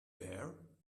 there